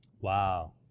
Wow